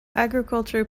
agriculture